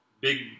big